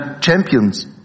champions